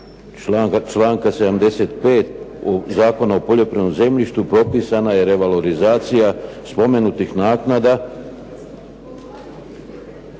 članka 75. u Zakonu o poljoprivrednom zemljištu propisana je revalorizacija spomenutih naknada.